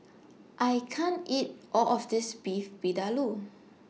I can't eat All of This Beef Vindaloo